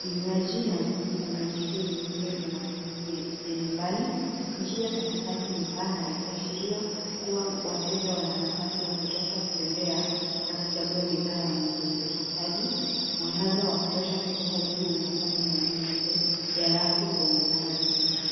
vinywaji na vifunganishio vingine vya matumizi ya nyumbani. Njia ya katikati ni pana ikiashiria kuwa wateja wana nafasi ya kutosha kutembea na kuchagua bidhaa wanazozihitaji. Mwangaza wa kutosha kutoka juu unafanya maeneo yote ya rafu kuonekana vizuri.